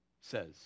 says